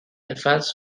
advance